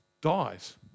dies